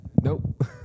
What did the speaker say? Nope